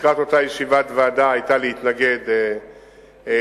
לקראת אותה ישיבת ועדה, היתה להתנגד לחוק,